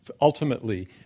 ultimately